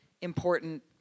important